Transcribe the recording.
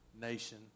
nation